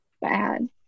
bad